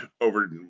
over